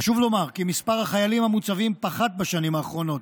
חשוב לומר כי מספר החיילים המוצבים פחת בשנים האחרונות.